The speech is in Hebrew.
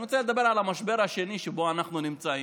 אני רוצה לדבר על המשבר השני שבו אנחנו נמצאים,